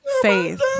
faith